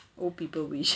old people wish